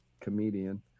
comedian